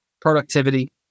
productivity